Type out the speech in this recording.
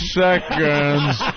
seconds